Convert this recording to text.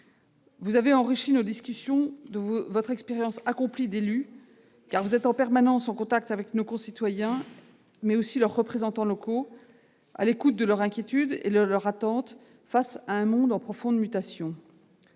Vous avez enrichi nos discussions de votre expérience accomplie d'élu, car vous êtes en permanence au contact de nos concitoyens, mais aussi de leurs représentants locaux, à l'écoute de leurs inquiétudes et de leurs attentes face à un monde en profonde mutation.